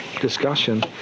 discussion